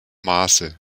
maße